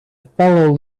fellow